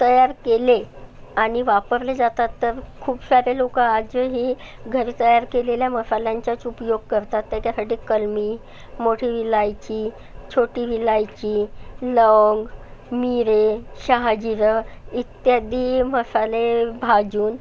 तयार केले आणि वापरले जातात तर खूप सारे लोकं आजही घरी तयार केलेल्या मसाल्यांचाच उपयोग करतात त्याच्यासाठी कलमी मोठी इलायची छोटी इलायची लौंग मीरे शहाजिरं इत्यादी मसाले भाजून